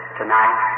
tonight